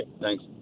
thanks